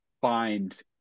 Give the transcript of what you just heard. find